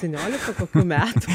septyniolika kokių metų